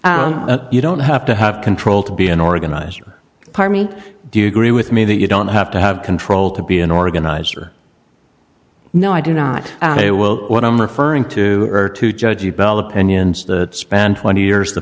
enough you don't have to have control to be an organizer parmeet do you agree with me that you don't have to have control to be an organizer no i do not know well what i'm referring to or to judge you bell opinions that span twenty years the